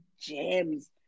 gems